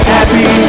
Happy